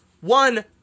one